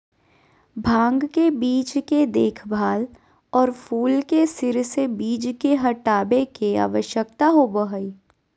भांग के बीज के देखभाल, और फूल के सिर से बीज के हटाबे के, आवश्यकता होबो हइ